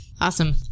Awesome